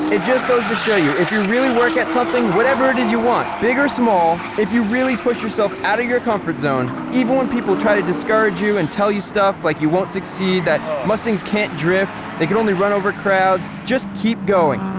it just goes to show you if you really work at something, whatever it is you want, big or small, if you really push yourself out of your comfort zone, even when people try to discourage you and tell you stuff like you won't succeed that mustangs can't drift, they can only run over crowds, just keep going,